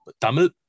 Tamil